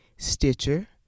Stitcher